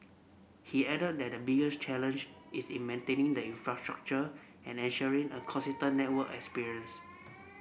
he added that the bigger's challenge is in maintaining the infrastructure and ensuring a consistent network experience